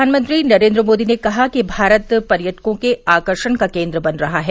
प्रधानमंत्री नरेन्द्र मोदी ने कहा कि भारत पर्यटकों के आकर्षण का केन्द्र बन रहा है